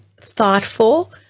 thoughtful